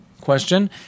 question